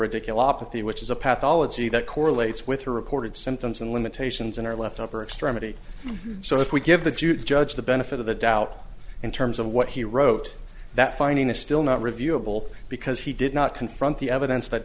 ridiculous theory which is a path all it's you that correlates with her reported symptoms and limitations in our left upper extremity so if we give the jew judge the benefit of the doubt in terms of what he wrote that finding is still not reviewable because he did not confront the evidence that